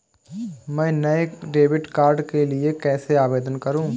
मैं नए debit card के लिए कैसे आवेदन करूं?